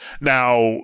Now